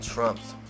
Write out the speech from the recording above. Trump's